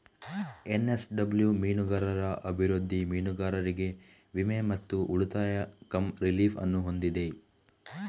NSW ಮೀನುಗಾರರ ಅಭಿವೃದ್ಧಿ, ಮೀನುಗಾರರಿಗೆ ವಿಮೆ ಮತ್ತು ಉಳಿತಾಯ ಕಮ್ ರಿಲೀಫ್ ಅನ್ನು ಹೊಂದಿದೆ